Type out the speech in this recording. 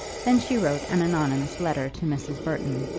then she wrote an anonymous letter to mrs. burton,